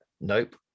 Nope